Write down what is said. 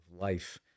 life